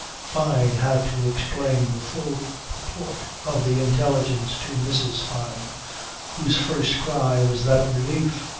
fyne had to explain the full purport of the intelligence to mrs. fyne whose first cry was that of relief.